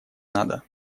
надо